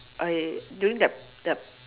I during that that